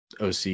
OC